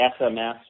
SMS